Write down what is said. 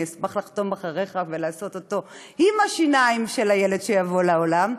אני אשמח לחתום אחריך ולעשות אותו עם השיניים של הילד שיבוא לעולם.